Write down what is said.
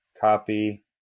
Copy